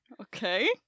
Okay